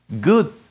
good